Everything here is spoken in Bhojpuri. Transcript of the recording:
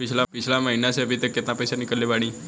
पिछला महीना से अभीतक केतना पैसा ईकलले बानी?